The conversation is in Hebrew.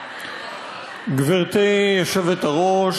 גברתי היושבת-ראש,